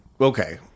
okay